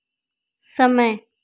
समय